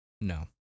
No